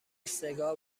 سگا